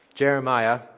Jeremiah